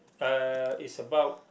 uh is about